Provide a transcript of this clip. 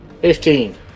Fifteen